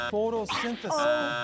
Photosynthesis